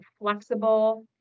flexible